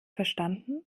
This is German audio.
verstanden